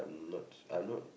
not I not